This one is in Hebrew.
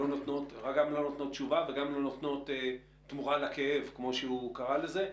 שגם לא נותנות תשובה וגם לא נותנות תמורה לכאב כמו שהוא קרא לזה.